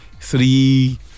three